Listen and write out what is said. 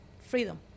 freedom